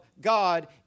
God